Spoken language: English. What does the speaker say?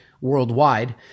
worldwide